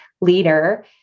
leader